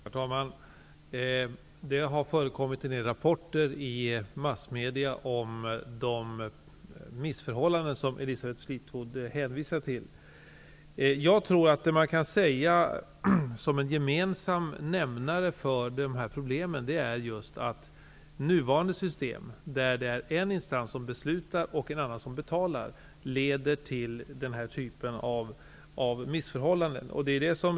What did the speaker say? Herr talman! Det har förekommit en del rapporter i massmedia om de missförhållanden som Elisabeth Fleetwood hänvisar till. Jag tror att en gemensam nämnare för dessa problem är att nuvarande system, som innebär att det är en instans som beslutar och en annan som betalar, leder till denna typ av missförhållanden.